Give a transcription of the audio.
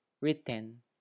written